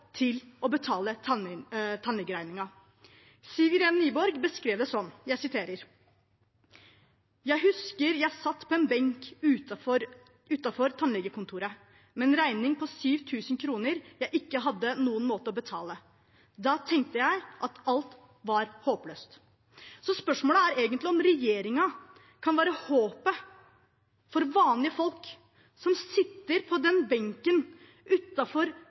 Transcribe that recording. til å betale tannlegeregningen. Siw Iren Nyborg beskrev det slik: «Jeg husker jeg satt på en benk utafor tannlegekontoret, med en regning på 7 000 kroner jeg ikke hadde noen måte å betale. Da tenkte jeg at alt var håpløst.» Spørsmålet er egentlig om regjeringen kan være håpet for vanlige folk som sitter på